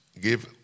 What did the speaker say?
give